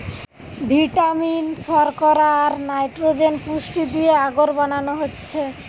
vitamin, শর্করা, আর nitrogen পুষ্টি দিয়ে আগর বানানো হচ্ছে